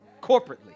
corporately